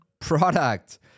product